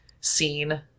scene